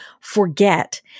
forget